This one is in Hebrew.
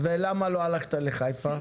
ולמה לא הלכת לחיפה?